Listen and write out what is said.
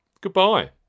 Goodbye